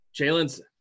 Jalen's –